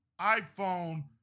iphone